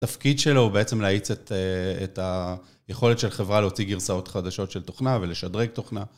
התפקיד שלו הוא בעצם להאיץ את היכולת של חברה להוציא גרסאות חדשות של תוכנה ולשדרג תוכנה.